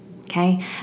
okay